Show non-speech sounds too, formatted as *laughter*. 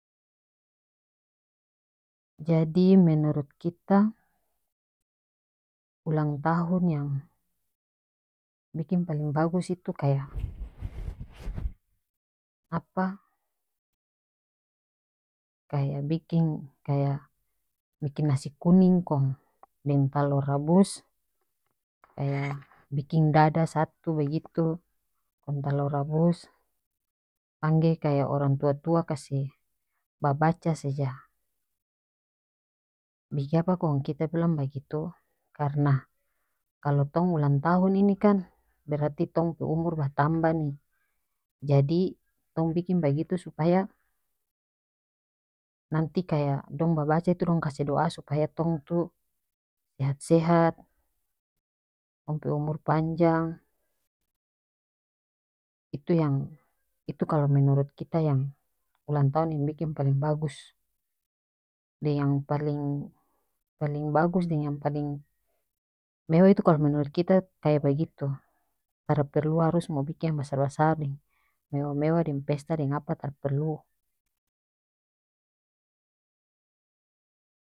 Jadi menurut kita ulang tahun yang biking paling bagus itu kaya *noise* apa kaya biking-kaya biking nasi kuning kong deng talor rabus kaya *noise* biking dada satu bagitu kong talor rabus pangge kaya orang tua tua kase babaca saja bikiapa kong kita bilang bagitu karena kalo tong ulang tahun ini kan berarti tong pe umur batambah ni jadi tong biking bagitu supaya nanti kaya babaca itu dong kase do'a supaya tong tu sehat sehat tong pe umur panjang itu yang *noise* itu kalo menurut kita yang ulang tahun yang biking paleng bagus deng yang paleng paleng bagus deng yang paleng memang itu kalo menurut kita kaya bagitu tara perlu harus mo biking yang basar basar ni mewah mewah deng pesta deng apa tara perlu.